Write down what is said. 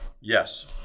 yes